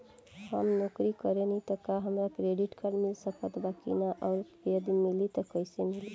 हम नौकरी करेनी त का हमरा क्रेडिट कार्ड मिल सकत बा की न और यदि मिली त कैसे मिली?